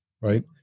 right